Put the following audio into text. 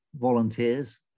volunteers